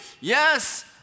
Yes